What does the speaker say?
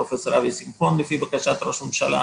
פרופ' אבי שמחון, לפי בקשת ראש הממשלה,